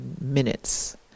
minutes